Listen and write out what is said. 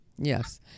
yes